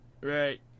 Right